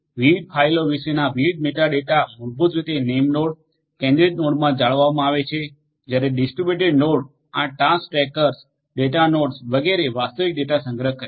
વિવિધ ફાઇલો વિશેના વિવિધ મેટા ડેટા મૂળભૂત રીતે નેમનોડ કેન્દ્રિત નોડમાં જાળવવામાં આવે છે જ્યારે ડિસ્ટ્રિબ્યુટેડ નોડ આ ટાસ્ક ટ્રેકર ડેટાનાોડ્સ વગેરે વાસ્તવિક ડેટા સંગ્રહ કરે છે